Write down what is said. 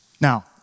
Now